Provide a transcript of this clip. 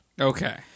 Okay